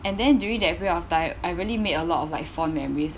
and then during that period of time I really made a lot of like fond memories